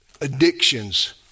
Addictions